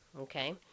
okay